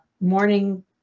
Morning